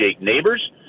Neighbors